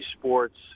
Sports